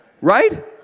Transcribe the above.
Right